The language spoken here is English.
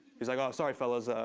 he's like, sorry fellas. ah